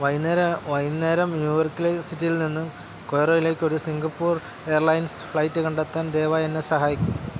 വൈകുന്നേരം വൈകുന്നേരം ന്യൂ യോർക്ക്ലെ സിറ്റിയിൽ നിന്നും കൊയ്റോലേക്കൊരു സിംഗപ്പൂർ എയർലൈൻസ് ഫ്ലൈറ്റ് കണ്ടെത്താൻ ദയവായി എന്നെ സഹായിക്കൂ